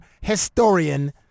historian